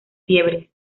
fiebres